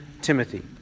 Timothy